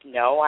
no